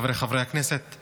חבריי חברי הכנסת,